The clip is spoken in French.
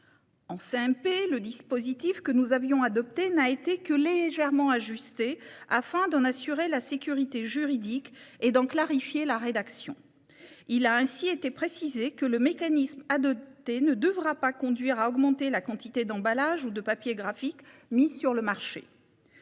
le dispositif que nous avions adopté n'a été que légèrement ajusté, afin d'en assurer la sécurité juridique et d'en clarifier la rédaction. Il a ainsi été précisé que le mécanisme adopté ne devra pas conduire à augmenter la quantité d'emballages ou de papier graphique mis sur le marché.